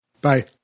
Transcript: Bye